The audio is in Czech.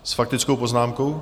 S faktickou poznámkou?